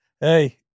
hey